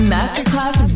Masterclass